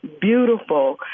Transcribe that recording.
beautiful